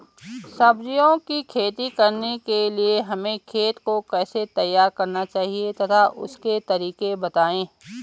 सब्जियों की खेती करने के लिए हमें खेत को कैसे तैयार करना चाहिए तथा उसके तरीके बताएं?